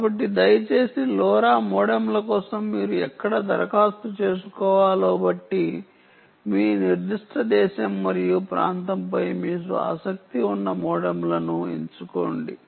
కాబట్టి దయచేసి లోరా మోడెమ్ల కోసం మీరు ఎక్కడ దరఖాస్తు చేసుకోవాలో బట్టి మీ నిర్దిష్ట దేశం మరియు ప్రాంతంపై మీకు ఆసక్తి ఉన్న మోడెమ్లను ఎంచుకోండి